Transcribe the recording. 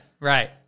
right